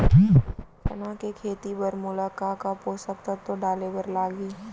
चना के खेती बर मोला का का पोसक तत्व डाले बर लागही?